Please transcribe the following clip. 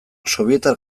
sobietar